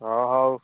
ହଁ ହଉ